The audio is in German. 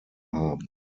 haben